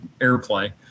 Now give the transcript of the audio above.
airplay